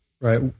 Right